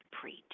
preach